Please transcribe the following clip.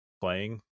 playing